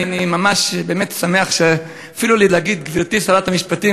אני באמת שמח אפילו להגיד לך "גברתי שרת המשפטים",